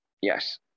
yes